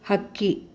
ಹಕ್ಕಿ